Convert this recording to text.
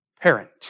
Parent